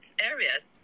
areas